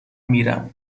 میرم